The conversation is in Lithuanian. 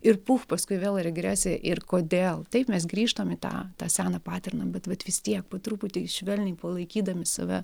ir puf paskui vėl regresija ir kodėl taip mes grįžtam į tą tą seną paterną bet vat vis tiek po truputį švelniai palaikydami save